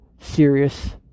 serious